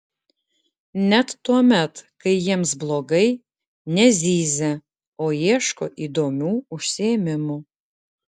net tuomet kai jiems blogai nezyzia o ieško įdomių užsiėmimų